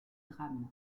drame